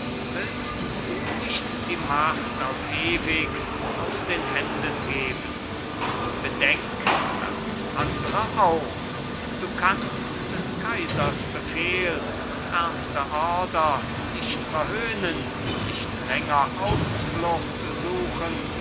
willst du nicht die macht auf ewig aus den händen geben bedenk das andre auch du kannst des kaisers befehl und ernste ordre nicht verhöhnen nicht länger ausflucht suchen